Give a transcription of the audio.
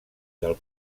del